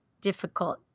difficult